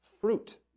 fruit